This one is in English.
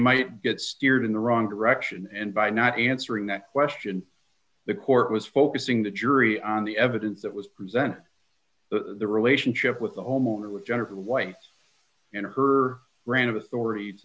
might get steered in the wrong direction and by not answering that question the court was focusing the jury on the evidence that was present the relationship with the homeowner with jennifer white and her brand of authority to